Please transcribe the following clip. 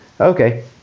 Okay